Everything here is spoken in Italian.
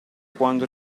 quando